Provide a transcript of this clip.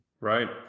Right